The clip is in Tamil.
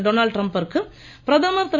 டொனால்ட் டிரம்பிற்கு பிரதமர் திரு